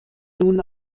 nun